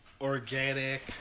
organic